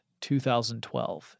2012